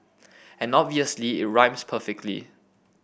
and obviously it rhymes perfectly